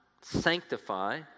sanctify